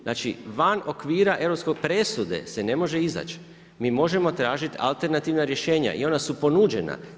Znači van okvira europske presude se ne može izać, mi možemo tražiti alternativna rješenja i ona su ponuđena.